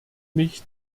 mich